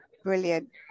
Brilliant